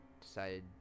decided